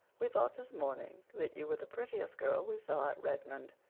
we thought this morning that you were the prettiest girl we saw at redmond.